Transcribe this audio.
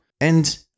and-